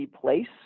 place